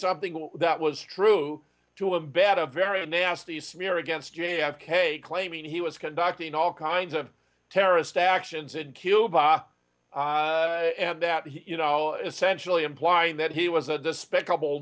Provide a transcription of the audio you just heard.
something all that was true to abet a very nasty smear against j f k claiming he was conducting all kinds of terrorist actions in cuba and that he you know essentially implying that he was a despicable